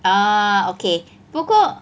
ah okay 不过